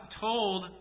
told